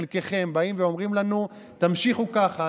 חלקכם באים ואומרים לנו: תמשיכו ככה,